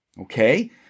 Okay